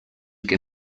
que